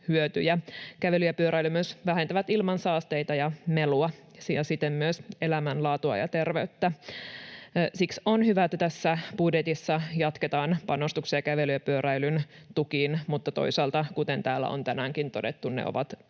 Kävely ja pyöräily myös vähentävät ilmansaasteita ja melua ja siten edistävät myös elämänlaatua ja terveyttä. Siksi on hyvä, että tässä budjetissa jatketaan panostuksia kävelyn ja pyöräilyn tukiin, mutta toisaalta, kuten täällä on tänäänkin todettu, ne ovat